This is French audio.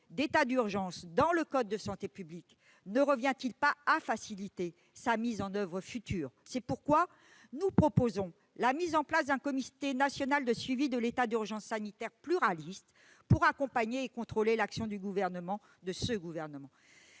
d'état d'urgence dans le code de la santé publique ne revient-elle pas à faciliter sa mise en oeuvre future ? C'est pourquoi nous proposons la mise en place d'un comité national de suivi de l'état d'urgence sanitaire pluraliste pour accompagner et contrôler l'action du Gouvernement. C'est une